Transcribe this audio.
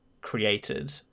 created